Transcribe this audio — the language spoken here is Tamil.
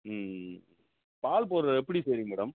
ம் ம் ம் பால் பவுட்ரு எப்படி செய்கிறீங்க மேடம்